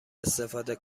استفاده